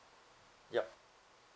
yup